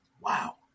Wow